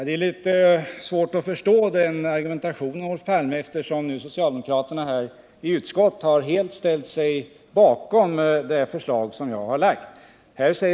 Jag har litet svårt att förstå den argumentationen, Olof Palme, eftersom socialdemokraterna i utskottet helt har ställt sig bakom det förslag som jag har lagt fram.